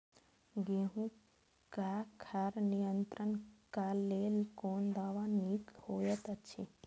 गेहूँ क खर नियंत्रण क लेल कोन दवा निक होयत अछि?